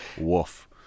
woof